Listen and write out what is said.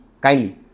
kindly